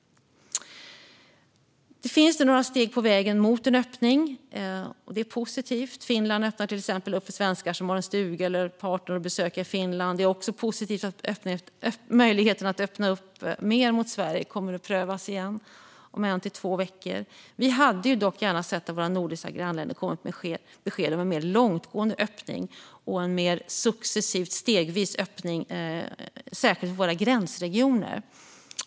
Nu finns det några steg på vägen mot en öppning. Det är positivt. Finland öppnar till exempel upp för svenskar som har en stuga eller en partner att besöka i Finland. Det är också positivt att möjligheterna att öppna upp mer mot Sverige kommer att prövas igen om en till två veckor. Vi hade dock gärna sett att våra nordiska grannländer hade kommit med besked om en mer långtgående öppning och en mer successiv och stegvis öppning, särskilt mot våra gränsregioner.